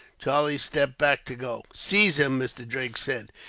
charlie stepped back to go. seize him! mr. drake said,